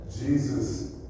Jesus